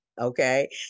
Okay